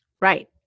Right